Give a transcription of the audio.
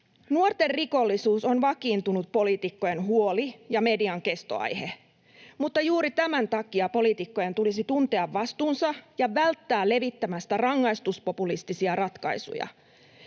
Nuorten rikollisuus on vakiintunut poliitikkojen huoli ja median kestoaihe. Mutta juuri tämän takia poliitikkojen tulisi tuntea vastuunsa ja välttää levittämästä rangaistuspopulistisia ratkaisuja.